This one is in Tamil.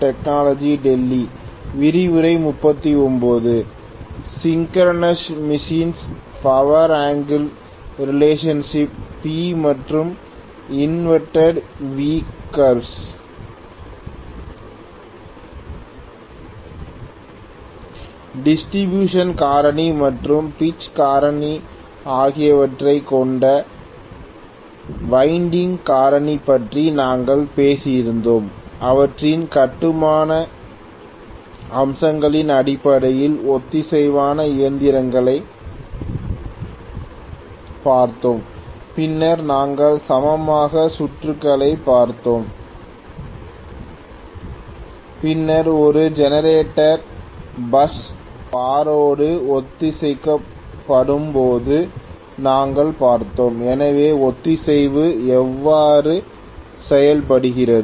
டிஸ்ட்ரிபியூஷன் காரணி மற்றும் பிட்ச் காரணி ஆகியவற்றைக் கொண்ட வைண்டிங் காரணி பற்றி நாங்கள் பேசி இருந்தோம் அவற்றின் கட்டுமான அம்சங்களின் அடிப்படையில் ஒத்திசைவான இயந்திரங்களைப் பார்த்தோம் பின்னர் நாங்கள் சமமான சுற்றுகளைப் பார்த்தோம் பின்னர் ஒரு ஜெனரேட்டர் பஸ் பாரோடு ஒத்திசைக்கப்படும் போது நாங்கள் பார்த்தோம் எனவே ஒத்திசைவு எவ்வாறு செய்யப்படுகிறது